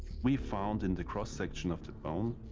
we found in the cross section of the bone,